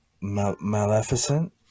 Maleficent